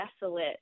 desolate